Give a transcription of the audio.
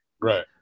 right